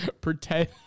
Pretend